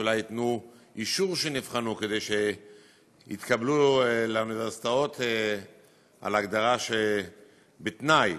שאולי ייתנו אישור שנבחנו כדי שיתקבלו לאוניברסיטאות על הגדרה שבתנאי.